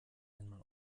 einmal